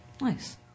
Nice